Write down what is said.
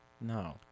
No